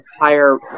higher